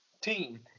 team